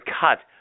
cut